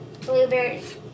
blueberries